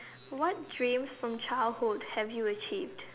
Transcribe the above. what dreams from childhood have you achieved